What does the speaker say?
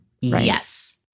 Yes